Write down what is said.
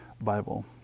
Bible